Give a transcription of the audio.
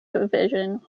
division